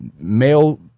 male